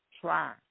Try